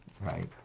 right